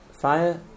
fire